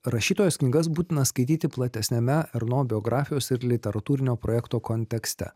rašytojos knygas būtina skaityti platesniame erno biografijos ir literatūrinio projekto kontekste